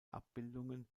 abbildungen